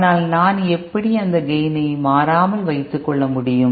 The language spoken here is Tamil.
ஆனால் நான் எப்படி அந்த கேய்ன் ஐ மாறாமல் வைத்துக்கொள்ள முடியும்